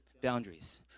boundaries